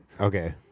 Okay